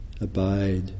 abide